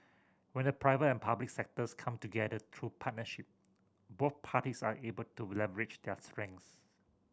when the private and public sectors come together through partnership both parties are able to leverage their strengths